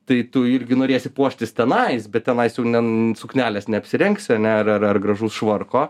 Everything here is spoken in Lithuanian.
tai tu irgi norėsi puoštis tenais bet tenais jau ne suknelės neapsirengsi ane ar ar ar ar gražus švarko